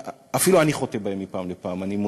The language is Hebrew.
אפילו אני חוטא בהם מפעם לפעם, אני מודה,